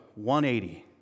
180